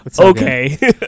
okay